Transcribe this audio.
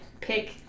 pick